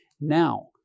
Now